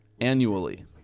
annually